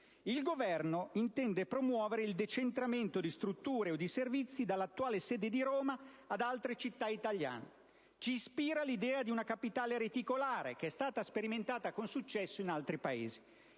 "Il Governo intende promuovere il decentramento di strutture o di servizi dall'attuale sede di Roma ad altre città italiane. Ci ispira l'idea di una capitale reticolare che è stata sperimentata con successo in altri Paesi".